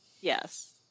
Yes